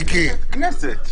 מייתרים את הכנסת.